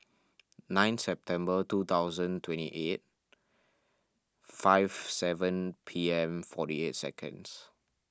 nine September two thousand twenty eight five seven P M forty eight seconds